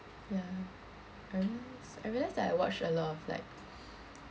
ya I realise I realise that I watch a lot of like